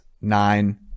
nine